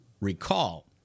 recall